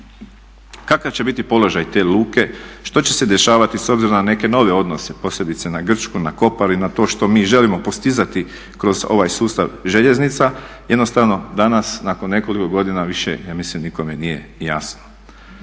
Kakav će biti položaj te luke? Što će se dešavati s obzirom na neke nove odnose, posebice na Grčku, na Kopar i na to što mi želimo postizati kroz ovaj sustav željeznica? Jednostavno danas nakon nekoliko godina više ja mislim nikome nije jasno.